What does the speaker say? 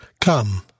Come